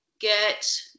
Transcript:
get